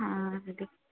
అది